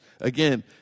Again